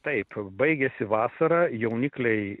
taip baigėsi vasara jaunikliai